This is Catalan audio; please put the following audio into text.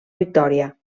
victòria